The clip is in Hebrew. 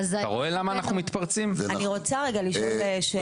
אני רוצה רגע לשאול שאלה.